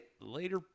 Later